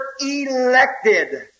elected